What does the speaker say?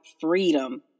freedom